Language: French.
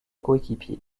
coéquipiers